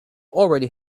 already